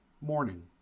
morning